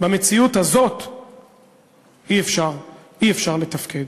במציאות הזאת, אי-אפשר, אי-אפשר לתפקד.